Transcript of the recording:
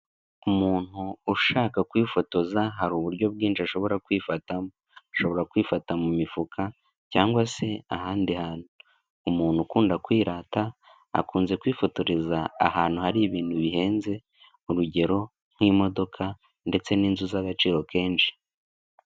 Umuntu ushaka kwifotoza hari uburyo bwinshi ashobora kwifatamo, ashobora kwifata mu mifuka cyangwa se ahandi hantu. Umuntu ukunda kwirata akunze kwifotoreza ahantu hari ibintu bihenze urugero, nk'imodoka ndetse n'inzu z'agaciro kenshi.